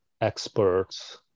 experts